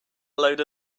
load